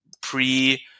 pre